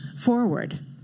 forward